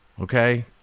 okay